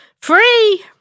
free